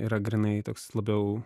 yra grynai toks labiau